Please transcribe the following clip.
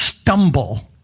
stumble